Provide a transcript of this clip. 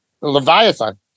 Leviathan